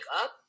up